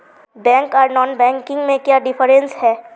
Bank आर non banking में क्याँ डिफरेंस है?